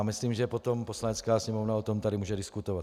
Myslím, že potom Poslanecká sněmovna o tom tady může diskutovat.